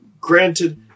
granted